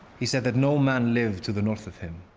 he said that no man lived to the north of him,